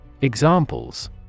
Examples